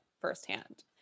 firsthand